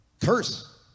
curse